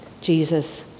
Jesus